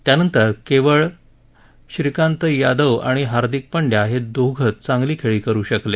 त्यानंतर केवळ श्रीकांत यादव आणि हार्दिक पांडया हे दोघचं चांगली खेळी करु शकले